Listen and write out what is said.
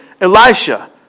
Elisha